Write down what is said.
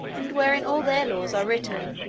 and wherein all their laws are written,